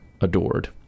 adored